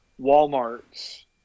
Walmart's